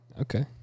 Okay